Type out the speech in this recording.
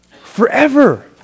Forever